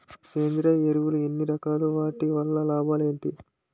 సేంద్రీయ ఎరువులు ఎన్ని రకాలు? వాటి వల్ల లాభాలు ఏంటి?